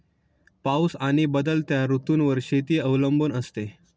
पाऊस आणि बदलत्या ऋतूंवर शेती अवलंबून असते